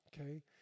okay